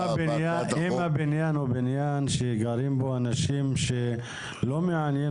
אם הבניין הוא בניין שגרים בו אנשים שלא מעניין